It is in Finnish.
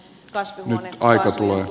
arvoisa herra puhemies